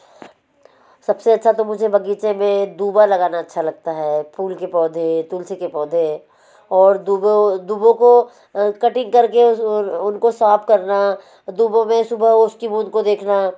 सबसे अच्छा तो मुझे बगीचे में दूबा लगाना अच्छा लगता है फूल के पौधे तुलसी के पौधे और दूबो हुए दूबो को कटिंग करके उनको साफ़ करना दूबो में सुबह ओस की बूँद को देखना